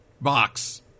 box